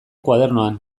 koadernoan